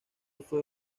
fue